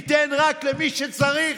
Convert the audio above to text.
תיתן רק למי שצריך,